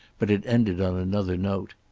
but it ended on another note.